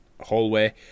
hallway